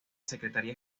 secretaría